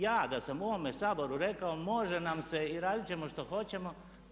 Ja da sam u ovome Saboru rekao može nam se i radit ćemo što hoćemo?